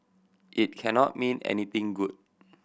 it cannot mean anything good